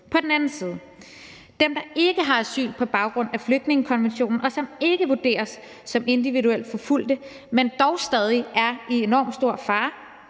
Dem, der ikke har asyl på baggrund af flygtningekonventionen, og som ikke vurderes som individuelt forfulgte, men dog stadig er i enormt stor fare